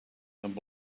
amb